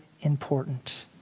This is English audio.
important